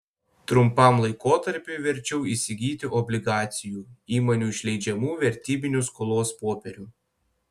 trumpam laikotarpiui verčiau įsigyti obligacijų įmonių išleidžiamų vertybinių skolos popierių